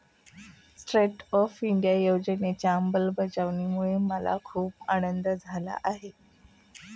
stand up India योजनेच्या अंमलबजावणीमुळे मला खूप आनंद झाला आहे